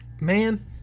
man